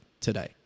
today